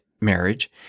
marriage